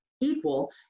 equal